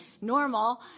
normal